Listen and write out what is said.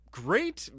great